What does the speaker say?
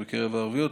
בקרב הערביות,